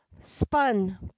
spun